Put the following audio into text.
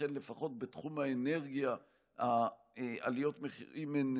ולכן לפחות בתחום האנרגיה עליות המחירים הן